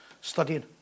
studying